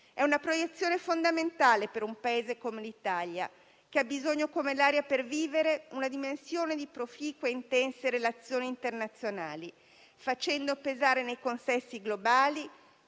È una proiezione fondamentale per un Paese come l'Italia che ha bisogno come l'aria per vivere di una dimensione di proficue e intense relazioni internazionali, facendo pesare nei consessi globali,